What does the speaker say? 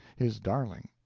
his darling.